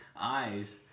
eyes